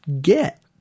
get